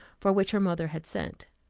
for which her mother had sent.